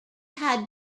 had